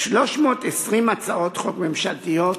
320 הצעות חוק ממשלתיות